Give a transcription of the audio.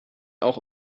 auch